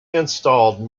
installed